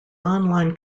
online